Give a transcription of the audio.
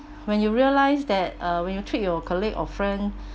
when you realise that uh when you treat your colleague or friend